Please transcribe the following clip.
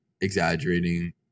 exaggerating